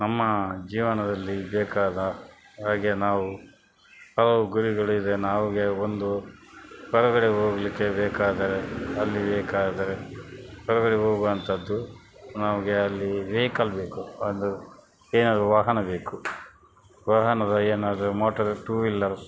ನಮ್ಮ ಜೀವನದಲ್ಲಿ ಬೇಕಾದ ಹಾಗೆ ನಾವು ಹಲವು ಗುರಿಗಳಿದೆ ನಮಗೆ ಒಂದು ಹೊರಗಡೆ ಹೋಗಲಿಕ್ಕೆ ಬೇಕಾದರೆ ಅಲ್ಲಿ ಬೇಕಾದರೆ ಹೊರಗಡೆ ಹೋಗುವಂತದ್ದು ನಮಗೆ ಅಲ್ಲಿ ವೆಕಲ್ ಬೇಕು ಅಂದ್ರೆ ಏನಾದ್ರೂ ವಾಹನ ಬೇಕು ವಾಹನದ ಏನಾದ್ರೂ ಮೋಟರ್ ಟು ವಿಲ್ಲರ್ಸ್